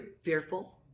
fearful